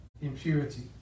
impurity